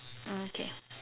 oh okay